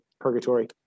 purgatory